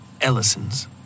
Ellison's